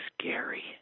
scary